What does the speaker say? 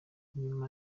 nyuma